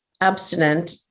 abstinent